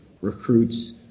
recruits